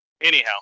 anyhow